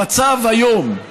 המצב היום,